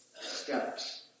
steps